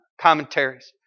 Commentaries